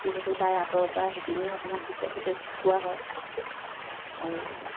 যিহেতু তাই আঁতৰৰ পৰা আহি পিনিও অকণমান শিকা শিক শিকোৱা হয় আৰু